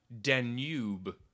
danube